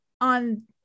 on